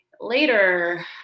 later